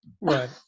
Right